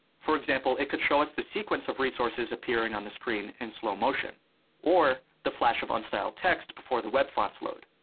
for example, it could show us the sequence of resources appearing on the screen in slow motion or the flash of unstyled text before the web fonts load.